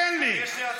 תן לי.